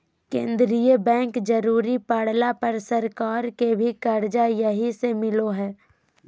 केंद्रीय बैंक जरुरी पड़ला पर सरकार के भी कर्जा यहीं से मिलो हइ